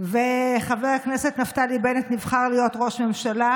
וחבר הכנסת נפתלי בנט נבחר להיות ראש ממשלה